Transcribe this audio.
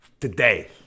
Today